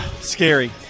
Scary